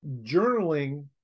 journaling